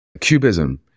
Cubism